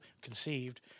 conceived